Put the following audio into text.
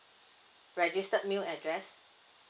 registered mail address